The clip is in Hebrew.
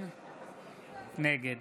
נגד